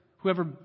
Whoever